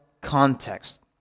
context